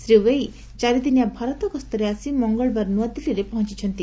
Shri Wei ଚାରିଦିନିଆ ଭାରତ ଗସ୍ତରେ ଆସି ମଙ୍ଗଳବାର ନୂଆଦିଲ୍ଲୀରେ ପହଞ୍ଚୁଛନ୍ତି